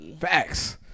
Facts